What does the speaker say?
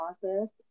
process